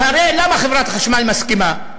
והרי, למה חברת החשמל מסכימה?